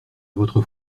votre